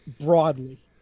broadly